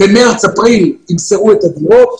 במרס-אפריל ימסרו את הדירות,